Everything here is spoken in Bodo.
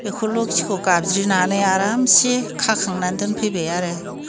बेखौ लखिखौ गाबज्रिनानै आरामसे खाखांनानै दोनफैबाय आरो